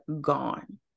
gone